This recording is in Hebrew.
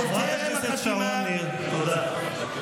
חברת הכנסת שרון ניר, תודה.